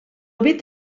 vet